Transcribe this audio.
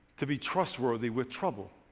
to be trustworthy with trouble.